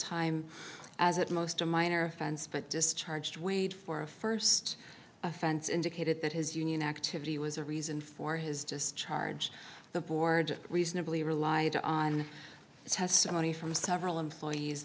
time as at most a minor offense but discharged wade for a st offense indicated that his union activity was a reason for his just charge the board reasonably rely on testimony from several employees